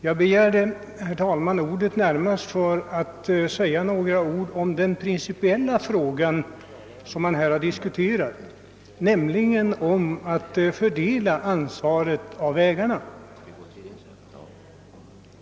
Jag begärde, herr talman, ordet närmast för att säga några ord om den principiella fråga som här har diskuterats, nämligen om fördelningen av ansvaret för vägbyggandet.